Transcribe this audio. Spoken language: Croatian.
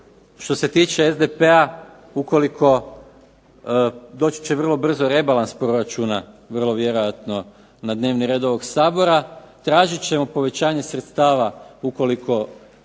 što se tiče SDP-a, ukoliko, doći će vrlo brzo rebalans proračuna vrlo vjerojatno na dnevni red ovog Sabora. Tražit ćemo povećanje sredstava ukoliko